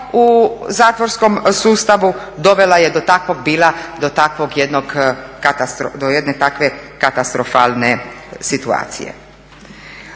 u zatvorskom sustavu dovela je do takvog bila do takvog jednog, do jedne takve katastrofalne situacije.